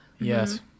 Yes